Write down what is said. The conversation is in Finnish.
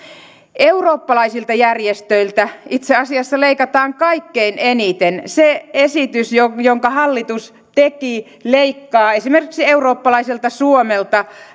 eurooppalaisilta järjestöiltä itse asiassa leikataan kaikkein eniten se esitys jonka hallitus teki leikkaa esimerkiksi eurooppalaiselta suomelta